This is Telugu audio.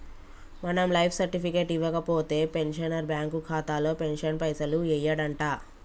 మనం లైఫ్ సర్టిఫికెట్ ఇవ్వకపోతే పెన్షనర్ బ్యాంకు ఖాతాలో పెన్షన్ పైసలు యెయ్యడంట